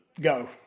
go